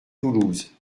toulouse